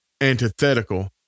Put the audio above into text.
antithetical